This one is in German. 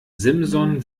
simson